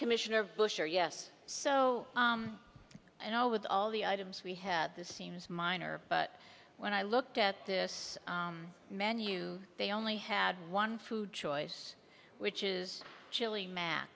commissioner bush or yes so i know with all the items we had this seems minor but when i looked at this menu they only had one food choice which is chili ma